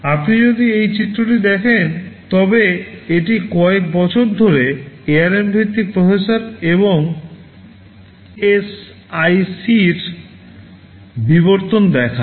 আপনি যদি এই চিত্রটি দেখেন তবে এটি কয়েক বছর ধরে ARM ভিত্তিক প্রসেসর এবং ASICর বিবর্তন দেখায়